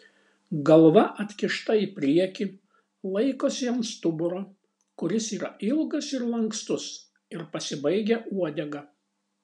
galva atkišta į priekį laikosi ant stuburo kuris yra ilgas ir lankstus ir pasibaigia uodega